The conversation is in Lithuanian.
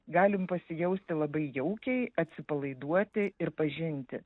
galim pasijausti labai jaukiai atsipalaiduoti ir pažinti